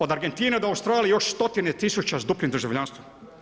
Od Argentine do Australije još stotine tisuća sa duplim državljanstvom.